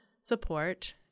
support